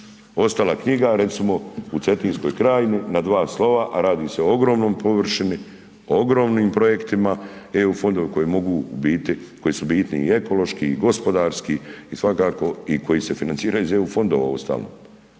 Ostala knjiga recimo u Cetinskoj krajini, na dva slova a radi se o ogromnoj površini, ogromnim projektima, Eu fondovi koji mogu su bitni i ekološki i gospodarski i svakako i koji se financiraju iz EU fondova uostalom,